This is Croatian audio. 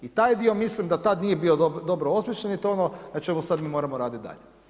I taj dio mislim da tad nije bio dobro osmišljen i je to ono na čemu sada mi moramo radit dalje.